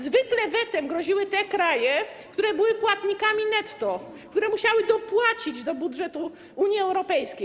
Zwykle wetem groziły te kraje, które były płatnikami netto, które musiały dopłacić do budżetu Unii Europejskiej.